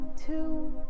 two